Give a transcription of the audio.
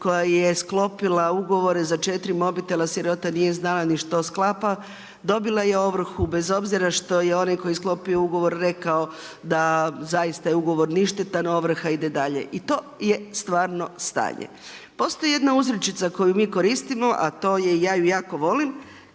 koja je sklopila ugovore za 4 mobitela. Sirota nije znala ni što sklapa. Dobila je ovrhu bez obzira što je onaj koji je sklopio ugovor rekao da zaista ugovor je ništetan, ovrha ide dalje. I to je stvarno stanje. Postoji jedna uzrečica koju mi koristimo, a to je ja ju jako volim.